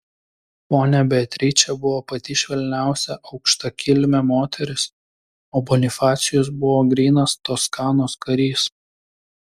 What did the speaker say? ponia beatričė buvo pati švelniausia aukštakilmė moteris o bonifacijus buvo grynas toskanos karys